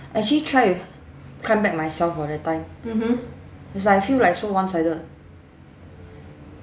actually try to climb back myself [what] that time as in I feel like so one sided